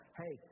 hey